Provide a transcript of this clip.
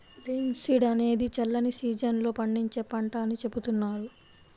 linseed అనేది చల్లని season లో పండించే పంట అని చెబుతున్నారు